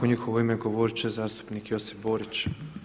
U njihovo ime govorit će zastupnik Josip Borić.